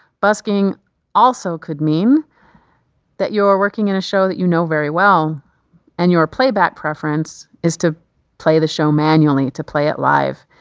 busking also could mean that you are working in a show that you know very well and your playback preference is to play the show manually, to play it live,